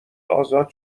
ازاد